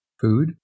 food